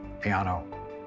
piano